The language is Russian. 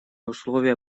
условия